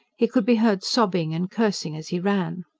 he could be heard sobbing and cursing as he ran.